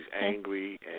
angry